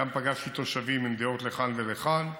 וגם פגשתי תושבים עם דעות לכאן ולכאן.